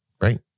Right